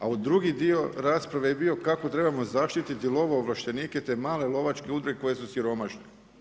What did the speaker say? A drugi dio rasprave je bio kako trebamo zaštititi lovovlaštenike te male lovačke udruge koje su siromašne.